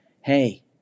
hey